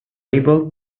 able